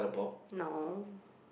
no